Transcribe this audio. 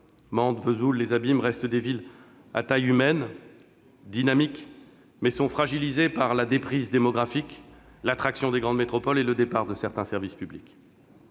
Mende, Vesoul, Les Abymes, restent des villes à taille humaine, dynamiques, mais sont fragilisées par la déprise démographique, l'attraction des grandes métropoles et le départ de certains services publics.